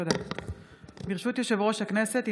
ברשות יושב-ראש הכנסת,